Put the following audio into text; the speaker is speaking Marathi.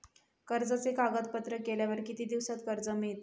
कर्जाचे कागदपत्र केल्यावर किती दिवसात कर्ज मिळता?